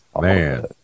Man